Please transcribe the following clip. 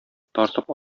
тартып